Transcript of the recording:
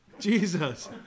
Jesus